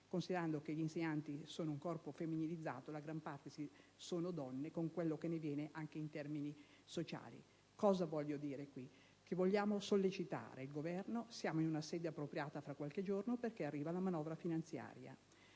considerando che gli insegnanti sono un corpo femminilizzato - nella gran parte dei casi sono donne - con quello che ne deriva anche in termini sociali. Cosa voglio dire? Che vogliamo sollecitare il Governo; siamo in una sede appropriata, perché fra qualche giorno arriverà la manovra finanziaria.